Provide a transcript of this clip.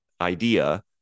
idea